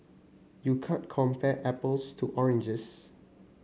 you can't compare apples to oranges